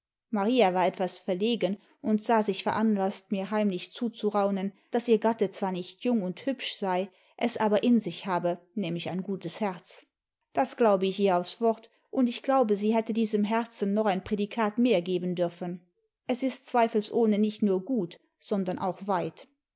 maria war etwas verlegen und sah sich veranlaßt nur heimlich zuzuraunen daß ihr gatte zwar nicht jung und hübsch sei es aber in sich habe nämlich ein gutes herz das glaube ich ihr aufs wort und ich glaube sie hätte diesem herzen noch ein prädikat mehr geben dürfen es ist zweifelsohne nicht nur gut sondern auch weit